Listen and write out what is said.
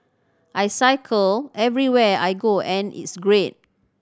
I cycle everywhere I go and it's great